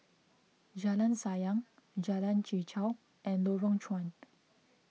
Jalan Sayang Jalan Chichau and Lorong Chuan